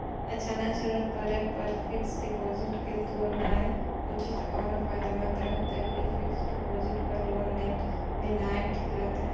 अचानक जरूरत परै पर फीक्स डिपॉजिट के तोरनाय उचित आरो फायदामंद रहतै कि फिक्स डिपॉजिट पर लोन लेनाय ठीक रहतै?